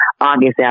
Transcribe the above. August